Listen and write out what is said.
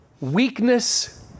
weakness